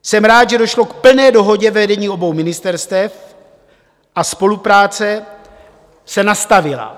Jsem rád, že došlo k plné dohodě vedení obou ministerstev a spolupráce se nastavila.